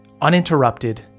uninterrupted